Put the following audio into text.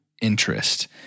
interest